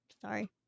sorry